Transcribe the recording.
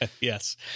Yes